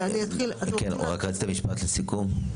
כן, רק רצית משפט לסיכום?